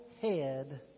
head